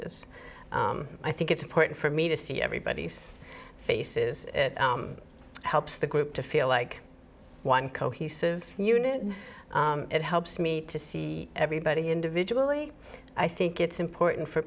s i think it's important for me to see everybody's faces helps the group to feel like one cohesive unit and it helps me to see everybody individually i think it's important for